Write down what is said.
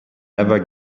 never